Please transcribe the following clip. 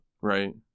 Right